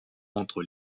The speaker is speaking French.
entre